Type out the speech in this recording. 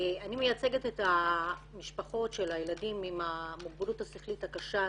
אני מייצגת את המשפחות של הילדים עם המוגבלות השכלית הקשה,